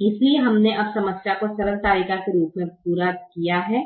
इसलिए हमने अब समस्या को सरल तालिका के रूप में पूरा किया है